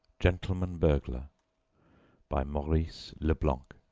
gentleman-burglar by maurice leblanc